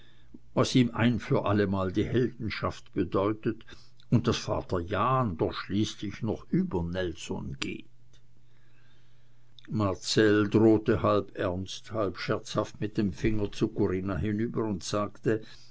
was ihm ein für allemal die heldenschaft bedeutet und daß vater jahn doch schließlich noch über nelson geht marcell drohte halb ernst halb scherzhaft mit dem finger zu corinna hinüber und sagte